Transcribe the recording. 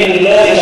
אני לא,